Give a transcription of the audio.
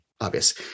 obvious